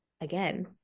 again